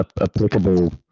applicable